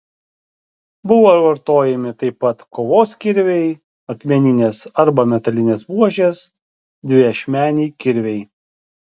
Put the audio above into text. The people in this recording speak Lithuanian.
buvo vartojami taip pat kovos kirviai akmeninės arba metalinės buožės dviašmeniai kirviai